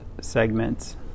segments